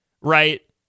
right